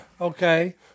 okay